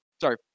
Sorry